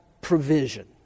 provision